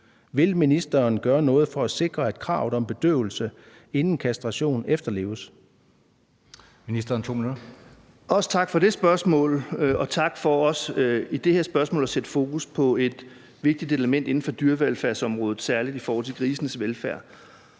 vil ministeren gøre noget for at sikre, at kravet om bedøvelse inden kastration efterleves?